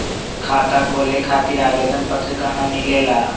खाता खोले खातीर आवेदन पत्र कहा मिलेला?